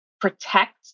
protect